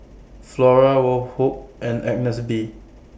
Flora Woh Hup and Agnes B